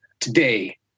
today